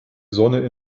sonne